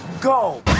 Go